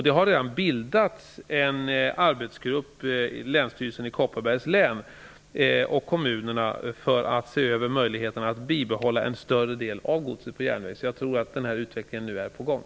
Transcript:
Det har redan bildats en arbetsgrupp mellan Länsstyrelsen i Kopparbergs län och kommunerna för att se över möjligheten att bibehålla en större del av godset på järnväg. Jag tror alltså att den utvecklingen är på gång.